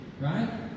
right